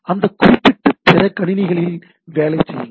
அந்த குறிப்பிட்ட பிற கணினிகளில் வேலை செய்யுங்கள்